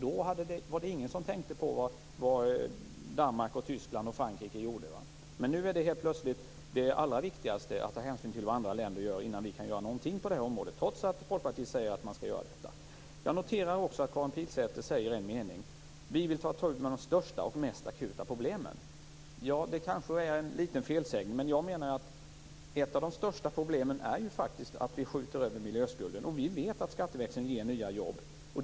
Då var det ingen som tänkte på vad Danmark, Tyskland och Frankrike gjorde. Men helt plötsligt är det allra viktigaste att ta hänsyn till vad andra länder gör innan vi kan göra något på detta område, trots att Folkpartiet säger att man skall göra detta. Jag noterar även att Karin Pilsäter i en mening säger att man vill ta itu med de största och mest akuta problemen. Det kanske är en liten felsägning. Men jag menar att ett av de största problemen faktiskt är att vi skjuter över miljöskulden. Vi vet att skatteväxling ger nya jobb.